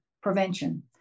prevention